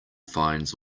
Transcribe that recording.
finds